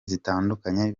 zitandukanye